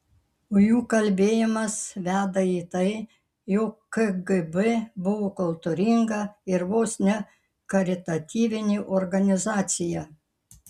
o jų kalbėjimas veda į tai jog kgb buvo kultūringa ir vos ne karitatyvinė organizacija